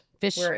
Fish